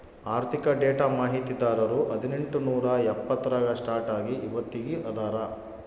ಆರ್ಥಿಕ ಡೇಟಾ ಮಾಹಿತಿದಾರರು ಹದಿನೆಂಟು ನೂರಾ ಎಪ್ಪತ್ತರಾಗ ಸ್ಟಾರ್ಟ್ ಆಗಿ ಇವತ್ತಗೀ ಅದಾರ